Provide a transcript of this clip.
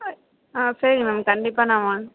ஆ சரி மேம் கண்டிப்பாக நான் வார்ன்